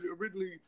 originally